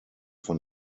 von